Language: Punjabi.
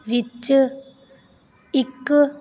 ਵਿੱਚ ਇੱਕ